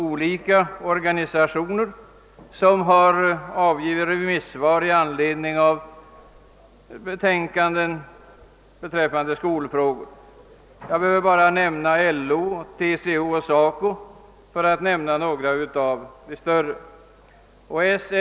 Olika organisationer, som avgivit remissvar i anledning av betänkanden beträffande skolfrågor, har beklagat detta; jag behöver bara nämna LO, TCO och SACO.